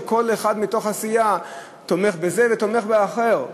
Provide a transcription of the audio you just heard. שכל אחד מהסיעה תומך בזה ותומך באחר?